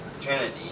Trinity